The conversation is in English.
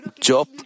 Job